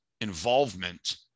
involvement